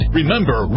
remember